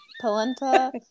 Polenta